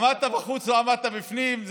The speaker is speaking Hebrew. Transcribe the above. עמדת בחוץ או עמדת בפנים,